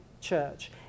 church